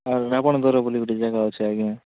ଆଉ ରାବଣ ଦ୍ୱାର ବୋଲି ଗୋଟେ ଜାଗା ଅଛି ଆଜ୍ଞା